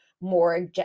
more